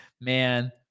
Man